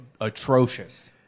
atrocious